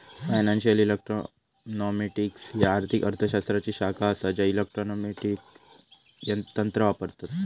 financial econometrics ह्या आर्थिक अर्थ शास्त्राची शाखा असा ज्या इकॉनॉमेट्रिक तंत्र वापरता